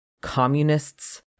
communists